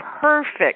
perfect